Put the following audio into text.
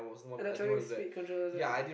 uh that traffic speed controllers ah